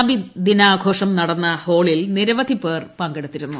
നബിദിനാഘോഷം നടന്ന ഹാളിൽ നിരവധി പേർ പങ്കെടുത്തിരുന്നു